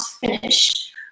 finish